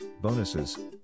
bonuses